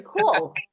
cool